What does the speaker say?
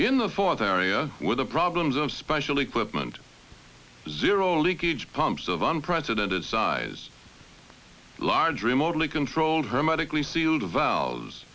in the fourth area with the problems of special equipment zero leakage pumps of unprecedented size large remotely controlled hermetically sealed v